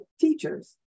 teachers